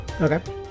okay